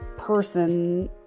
person